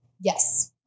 Yes